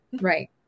Right